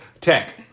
Tech